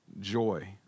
joy